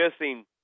missing